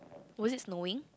was it snowing